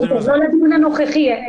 לא לדיון הנוכחי.